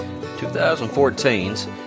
2014's